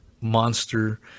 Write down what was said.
monster